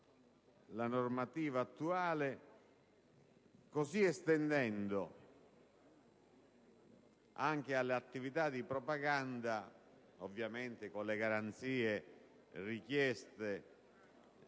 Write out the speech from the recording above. la normativa attuale, così estendendo anche alle attività di propaganda, ovviamente con le garanzie richieste